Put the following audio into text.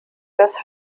das